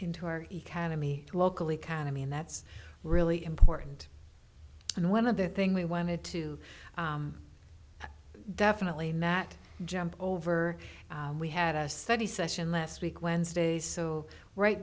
into our economy local economy and that's really important and one of the things we wanted to definitely not jump over we had a study session last week wednesday so right